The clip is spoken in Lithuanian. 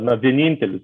na vienintelis